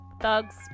Thug's